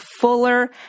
fuller